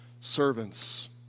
servants